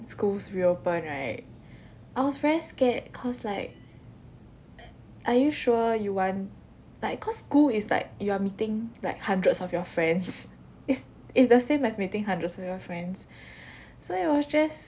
schools reopen right I was very scared cause like err are you sure you want like cause school is like you are meeting like hundreds of your friends it's it's the same as meeting hundreds of your friends so it was just